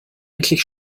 endlich